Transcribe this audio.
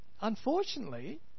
Unfortunately